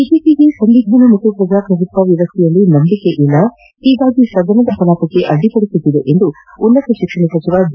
ಬಿಜೆಪಿಗೆ ಸಂವಿಧಾನ ಮತ್ತು ಪ್ರಜಾಪ್ರಭುತ್ವ ವ್ಯವಸ್ಥೆಯಲ್ಲಿ ನಂಬಿಕೆಯಿಲ್ಲ ಹೀಗಾಗಿ ಸದನದ ಕಲಾಪಕ್ಕೆ ಅಡ್ಡಿಪಡಿಸುತ್ತಿದೆ ಎಂದು ಉನ್ನತ ಶಿಕ್ಷಣ ಸಚಿವ ಜಿ